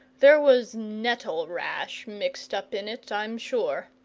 there was nettle-rash mixed up in it, i'm sure.